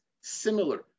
similar